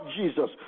jesus